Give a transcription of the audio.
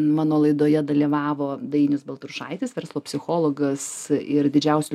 mano laidoje dalyvavo dainius baltrušaitis verslo psichologas ir didžiausių